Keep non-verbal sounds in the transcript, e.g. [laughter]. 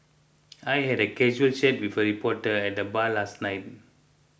[noise] I had a casual chat with a reporter at the bar last night